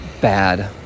bad